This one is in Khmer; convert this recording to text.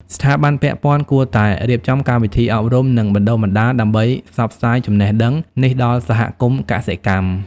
ស្ថាប័នពាក់ព័ន្ធគួរតែរៀបចំកម្មវិធីអប់រំ និងបណ្តុះបណ្តាលដើម្បីផ្សព្វផ្សាយចំណេះដឹងនេះដល់សហគមន៍កសិកម្ម។